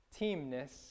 teamness